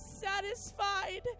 satisfied